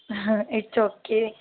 its okay